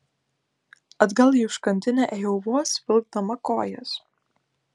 atgal į užkandinę ėjau vos vilkdama kojas